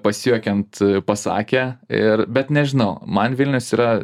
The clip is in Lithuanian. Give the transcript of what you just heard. pasijuokiant pasakė ir bet nežinau man vilnius yra